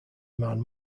man